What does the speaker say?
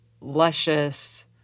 luscious